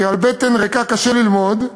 כי על בטן ריקה קשה ללמוד,